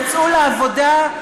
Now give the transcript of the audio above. יצאו לעבודה?